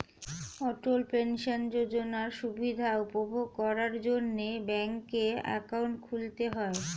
অটল pension যোজনার সুবিধা উপভোগ করার জন্যে ব্যাংকে অ্যাকাউন্ট খুলতে হয়